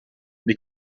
mais